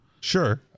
Sure